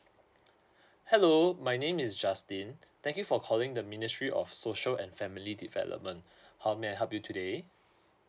hello my name is justin thank you for calling the ministry of social and family development how may I help you today